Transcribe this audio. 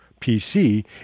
PC